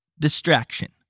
Distraction